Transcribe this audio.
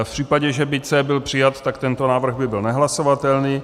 V případě, že by C byl přijat, tak tento návrh by byl nehlasovatelný.